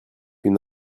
une